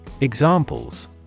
Examples